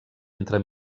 entre